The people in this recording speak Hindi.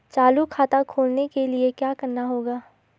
चालू खाता खोलने के लिए क्या करना होगा?